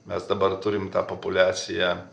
mes dabar turim tą populiaciją